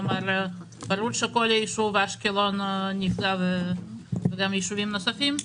ברור שכל הישוב אשקלון נפגע וגם ישובים נוספים,